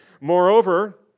Moreover